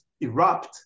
erupt